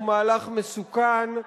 הוא מהלך מסוכן.